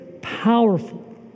powerful